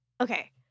okay